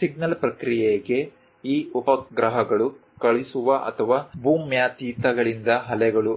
signal ಪ್ರಕ್ರಿಯೆಗೆ ಈ ಉಪಗ್ರಹಗಳು ಕಳುಹಿಸುವ ಅಥವಾ ಭೂಮ್ಯತೀತಗಳಿಂದ ಅಲೆಗಳು